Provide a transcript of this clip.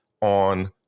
on